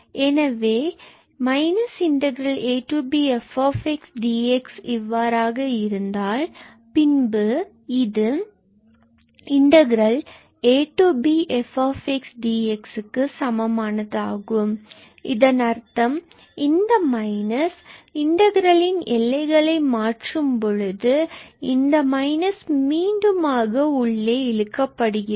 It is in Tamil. எனவே −ba𝑓𝑥𝑑𝑥 இவ்வாறாக இருந்தால் பின்பு இது ab𝑓𝑥𝑑𝑥 இதற்கு சமமாகும் அதன் அர்த்தம் இந்த மைனஸ் இன்டகிரல்களின் எல்லைகளை மாற்றும்போது இந்த மைனஸ் மீண்டும் ஆக உள்ளே இழுக்கப்படுகிறது